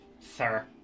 Sir